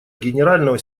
генерального